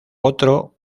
otro